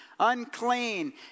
unclean